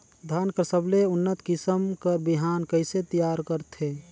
धान कर सबले उन्नत किसम कर बिहान कइसे तियार करथे?